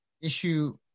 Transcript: issue